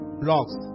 blocks